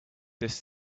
this